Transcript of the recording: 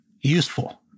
useful